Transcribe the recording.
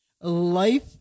Life